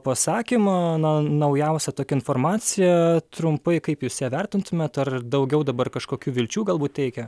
pasakymą na naujausią tokią informaciją trumpai kaip jūs ją vertintumėt ar daugiau dabar kažkokių vilčių galbūt teikia